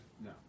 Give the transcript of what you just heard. No